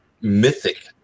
mythic